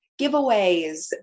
giveaways